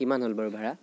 কিমান হ'ল বাৰু ভাড়া